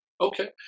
Okay